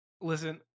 Listen